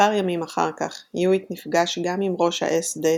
מספר ימים אחר כך, היואיט נפגש גם עם ראש האס-דה